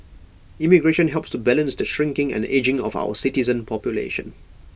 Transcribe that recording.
immigration helps to balance the shrinking and ageing of our citizen population